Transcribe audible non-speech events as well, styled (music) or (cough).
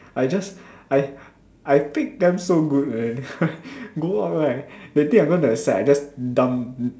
I just I I pick them so good man (laughs) go out right they think I going that side but I just dump